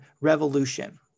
revolution